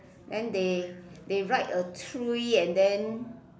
then they they write a three and then